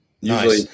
Usually